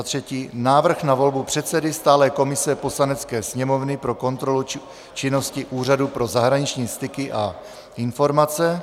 3. návrh na volbu předsedy stálé komise Poslanecké sněmovny pro kontrolu činnosti Úřadu pro zahraniční styky a informace,